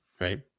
Right